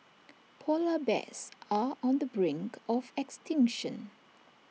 Polar Bears are on the brink of extinction